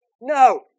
No